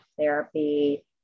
therapy